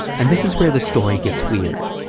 and this is where the story gets weird.